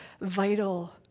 vital